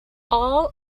all